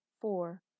four